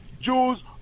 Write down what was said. Jews